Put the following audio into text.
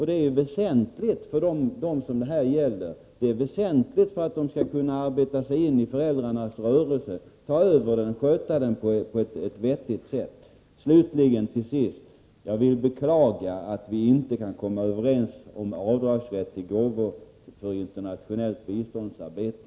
Det är väsentligt för dem som detta gäller att de kan arbeta sig in i föräldrarnas rörelse för att kunna ta över den och sköta den på ett vettigt sätt. Till sist vill jag beklaga att vi inte kan komma överens om rätt till avdrag för gåvor som gäller internationellt biståndsarbete.